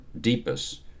deepest